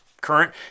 current